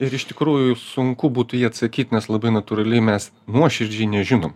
ir iš tikrųjų sunku būtų į jį atsakyt nes labai natūraliai mes nuoširdžiai nežinom